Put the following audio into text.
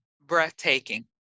breathtaking